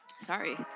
Sorry